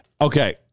okay